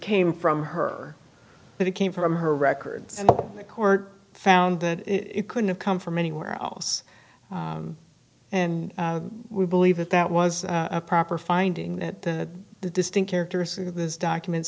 came from her but it came from her records and the court found that it couldn't have come from anywhere else and we believe that that was a proper finding that the distinct characteristics of those documents